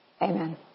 Amen